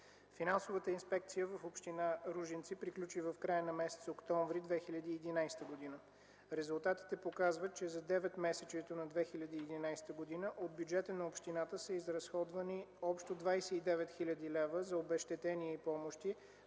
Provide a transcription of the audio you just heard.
финансовата инспекция в община Ружинци приключи в края на месец октомври 2011 г. Резултатите показват, че за 9-месечието на 2011 г. от бюджета на общината са изразходвани общо 29 хил. лв. за обезщетение и помощи,